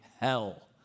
hell